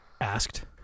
asked